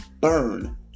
burn